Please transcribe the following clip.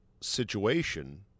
situation